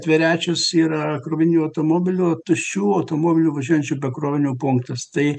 tverečius yra krovininių automobilių tuščių automobilių važiuojančių be krovinio punktas tai